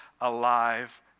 alive